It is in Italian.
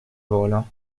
volo